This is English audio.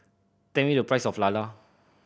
tell me the price of lala